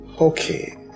Okay